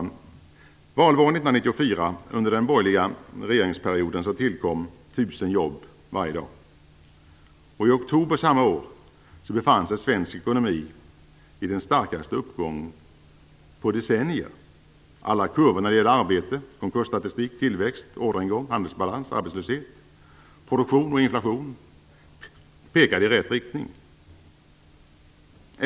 Valvåren 1994, under den borgerliga regeringsperioden, tillkom tusen jobb varje dag. I oktober samma år befann sig svensk ekonomi i den starkaste uppgången på decennier. Alla kurvor när det gäller arbete, konkursstatistik, tillväxt, orderingång, handelsbalans, arbetslöshet, produktion och inflation pekade i rätt riktning.